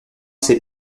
ses